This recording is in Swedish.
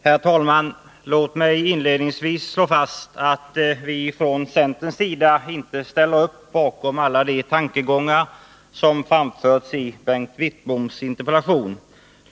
Herr talman! Inledningsvis vill jag slå fast att vi från centerns sida inte ställer upp bakom alla de tankegångar som framförts i Bengt Wittboms interpellation.